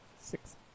Six